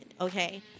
okay